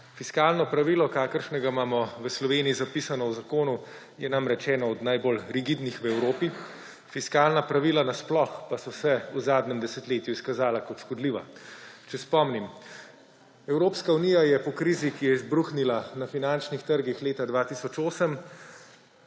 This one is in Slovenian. Fiskalno pravilo, kakršnega imamo v Sloveniji zapisanega v zakonu, je namreč eno od najbolj rigidnih v Evropi. Fiskalna pravila nasploh pa so se v zadnjem desetletju izkazala kot škodljiva. Če spomnim. Evropska unija je po krizi, ki je izbruhnila na finančnih trgih leta 2008,